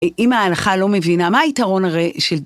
אם ההלכה לא מבינה, מה היתרון הרי של...